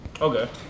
Okay